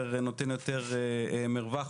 נותנת יותר מרווח,